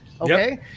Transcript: okay